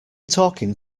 talking